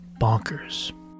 Bonkers